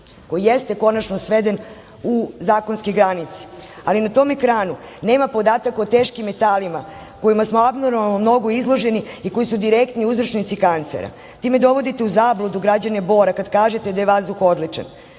koji jeste konačno sveden u zakonske granice, ali na tom ekranu nema podataka o teškim metalima kojima smo abnormalno mnogo izloženi i koji su direktni uzročnici kancera. Time dovodite u zabludu građane Bora, kad kažete da je vazduh odličan. Kada